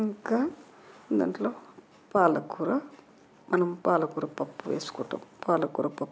ఇంకా దాంట్లో పాలకూర మనం పాలకూర పప్పు వేసుకుంటాం పాలకూర పప్పు అంటే